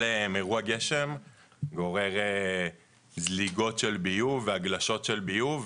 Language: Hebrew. כל אירוע גשם גורר זליגות של ביוב והגלשות של ביוב.